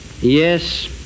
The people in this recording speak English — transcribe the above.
Yes